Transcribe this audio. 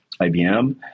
IBM